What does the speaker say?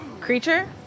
creature